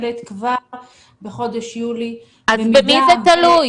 יש הסכמה על המתווה רק אין הסכמה על מועד הפתיחה?